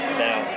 now